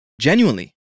genuinely